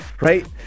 Right